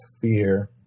fear